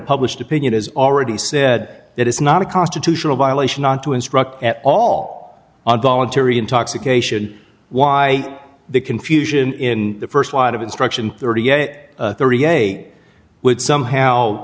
published opinion has already said that it's not a constitutional violation not to instruct at all on voluntary intoxication why the confusion in the first line of instruction thirty yet thirty eight would somehow